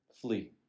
flee